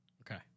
Okay